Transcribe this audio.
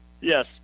yes